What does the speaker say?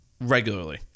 regularly